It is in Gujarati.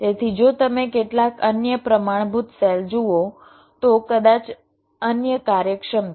તેથી જો તમે કેટલાક અન્ય પ્રમાણભૂત સેલ જુઓ તો કદાચ અન્ય કાર્યક્ષમતા